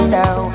now